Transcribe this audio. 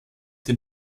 den